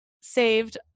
saved